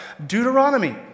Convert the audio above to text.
Deuteronomy